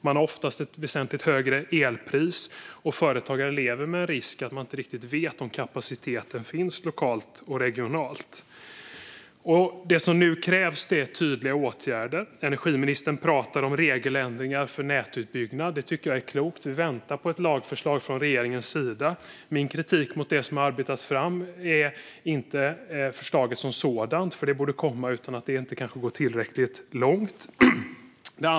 Man har oftast ett väsentligt högre elpris, och företagare lever med risken att inte riktigt veta om kapacitet finns lokalt och regionalt. Det som nu krävs är tydliga åtgärder. Energiministern talar om regeländringar för nätutbyggnad. Det är klokt, och vi väntar på ett lagförslag från regeringen. Min kritik mot det som har arbetats fram gäller inte förslaget som sådant utan att det kanske inte går tillräckligt långt.